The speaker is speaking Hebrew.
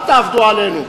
אל תעבדו עלינו.